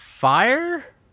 fire